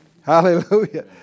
Hallelujah